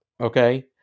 Okay